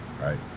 right